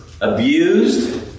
abused